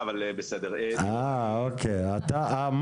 גם 70 וגם 80,